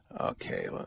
Okay